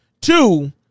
Two-